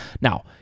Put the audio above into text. Now